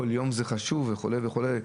כשכל יום זה חשוב וכולי וכולי.